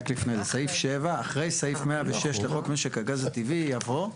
רק לפני זה: (7)אחרי סעיף 106 לחוק משק הגז הטבעי יבוא: